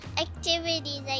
activities